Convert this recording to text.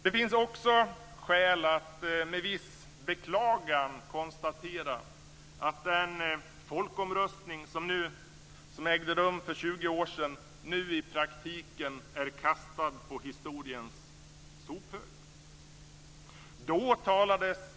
Det finns också skäl att med viss beklagan konstatera att den folkomröstning som ägde rum för 20 år sedan nu i praktiken är kastad på historiens sophög.